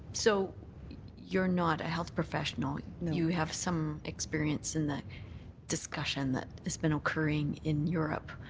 so you're not a health professional. no. you have some experience in the discussion that has been occurring in europe.